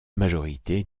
majorité